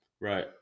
Right